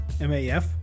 M-A-F